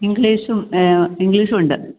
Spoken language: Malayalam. ഇംഗ്ലീഷും ഇംഗ്ലീഷുമുണ്ട്